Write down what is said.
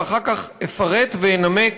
ואחר כך אפרט ואנמק